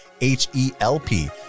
H-E-L-P